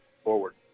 forward